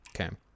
Okay